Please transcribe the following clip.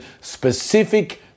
specific